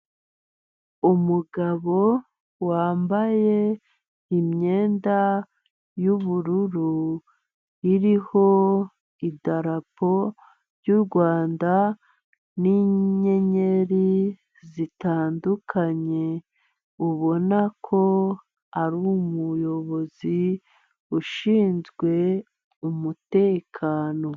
Umugabo wambaye imyenda y'ubururu iriho idarapo ry'u Rwanda, n'inyenyeri zitandukanye ubona ko ari umuyobozi ushinzwe umutekano.